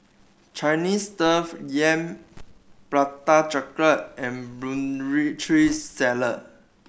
Chinese Yam Prata Chocolate and Putri Salad